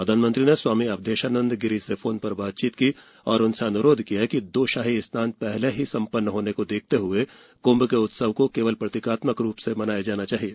प्रधानमंत्री ने स्वामी अवधेशानंद गिरी से फोन पर बातचीत की और उनसे अनुरोध किया कि दो शाही स्नान पहले ही संपन्न होने को देखते हुए कुंभ के उत्सव को केवल प्रतीकात्मक रूप में मनाया जाना चाहिए